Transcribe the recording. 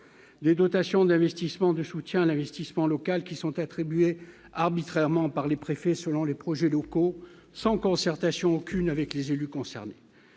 des dotations d'investissement de soutien à l'investissement local qui sont attribués arbitrairement par les préfets, selon les projets locaux sans concertation aucune avec les élus concernés,